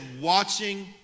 watching